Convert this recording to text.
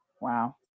wow